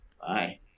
Bye